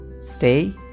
stay